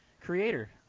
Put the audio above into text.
creator